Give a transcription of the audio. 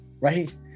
right